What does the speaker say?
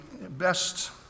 best